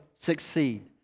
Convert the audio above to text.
succeed